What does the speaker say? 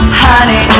honey